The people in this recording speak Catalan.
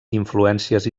influències